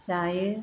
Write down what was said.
जायो